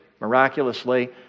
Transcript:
miraculously